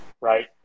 Right